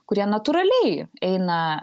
kurie natūraliai eina